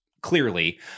clearly